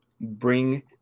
bring